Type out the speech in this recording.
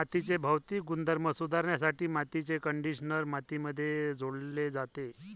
मातीचे भौतिक गुणधर्म सुधारण्यासाठी मातीचे कंडिशनर मातीमध्ये जोडले जाते